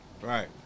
Right